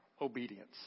obedience